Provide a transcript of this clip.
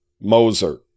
Moser